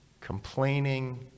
complaining